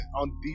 on